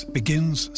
begins